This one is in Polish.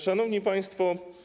Szanowni Państwo!